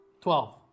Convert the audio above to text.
twelve